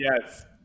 Yes